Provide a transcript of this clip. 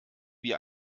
wie